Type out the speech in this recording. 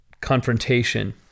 confrontation